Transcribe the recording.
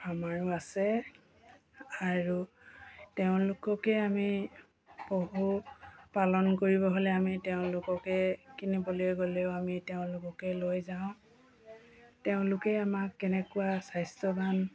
আমাৰো আছে আৰু তেওঁলোককে আমি পশুপালন কৰিব হ'লে আমি তেওঁলোককে কিনিবলৈ গ'লেও আমি তেওঁলোককে লৈ যাওঁ তেওঁলোকে আমাক কেনেকুৱা স্বাস্থ্যৱান